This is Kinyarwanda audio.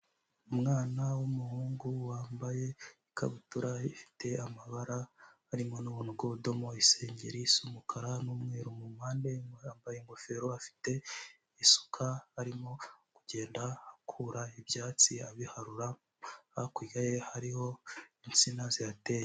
Umwana w'umuhungu wambaye ikabutura ifite amabara harimo n'ubuntu bw'ubudomo, isengeri isa umukara n'umweru, mu mpande yambaye ingofero, afite isuka arimo kugenda akura ibyatsi abiharura, hakurya ye hariho insina zihateye.